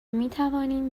میتوانیم